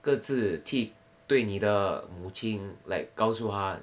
各自去对你的母亲 like 告诉他